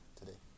today